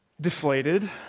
deflated